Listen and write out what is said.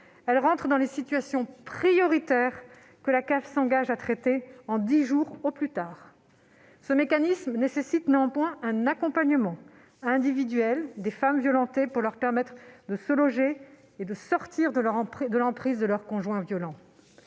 elle entre dans les situations prioritaires que la caisse s'engage à traiter en dix jours au maximum. Ce mécanisme nécessite néanmoins un accompagnement individuel des femmes violentées pour leur permettre de se loger et de sortir de l'emprise de leur conjoint violent.